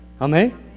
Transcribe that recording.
amen